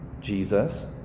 Jesus